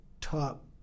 top